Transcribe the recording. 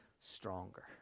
stronger